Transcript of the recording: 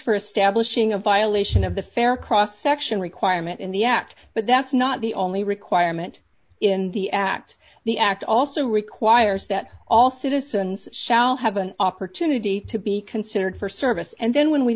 a violation of the fair cross section requirement in the act but that's not the only requirement in the act the act also requires that all citizens shall have an opportunity to be considered for service and then when we